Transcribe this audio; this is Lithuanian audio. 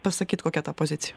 pasakyt kokia ta pozicija